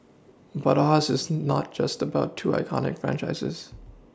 but Oz is not just about two iconic franchises